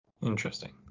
interesting